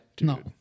No